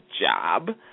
job